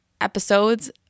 episodes